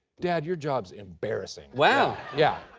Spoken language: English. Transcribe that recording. dad, your job's embarrassing. wow. yeah.